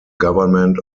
government